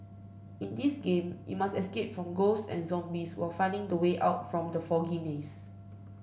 in this game you must escape from ghosts and zombies while finding the way out from the foggy maze